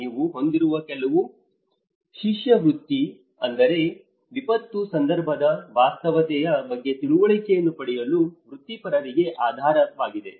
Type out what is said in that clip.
ನೀವು ಹೊಂದಿರುವ ಕೆಲವು ಶಿಷ್ಯವೃತ್ತಿ ಅಂದರೆ ವಿಪತ್ತು ಸಂದರ್ಭದ ವಾಸ್ತವತೆಯ ಬಗ್ಗೆ ತಿಳುವಳಿಕೆಯನ್ನು ಪಡೆಯಲು ವೃತ್ತಿಪರರಗೆ ಆಧಾರವಾಗಿದೆ